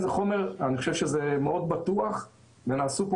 אני חושב שזה חומר מאוד בטוח ונעשו פה